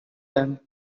them